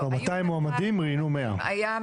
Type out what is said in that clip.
מאתיים מועמדים, ראיינו מאה.